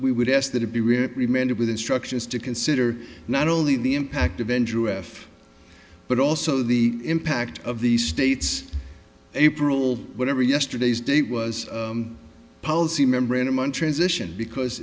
we would ask that it be reprimanded with instructions to consider not only the impact of n g o s but also the impact of the state's april whatever yesterday's date was a policy memorandum on transition because